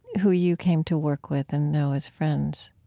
who you came to work with and know as friends